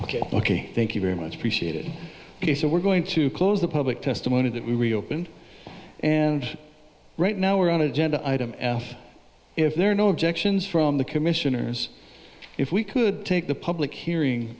ok ok thank you very much appreciated ok so we're going to close the public testimony that we reopen and right now we are on agenda item and if there are no objections from the commissioners if we could take the public hearing